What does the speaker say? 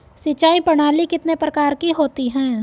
सिंचाई प्रणाली कितने प्रकार की होती हैं?